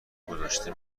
گذاشته